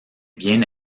bien